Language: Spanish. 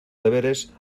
deberes